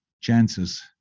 chances